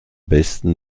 besten